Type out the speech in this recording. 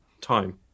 time